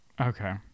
okay